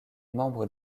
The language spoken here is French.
membre